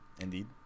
Indeed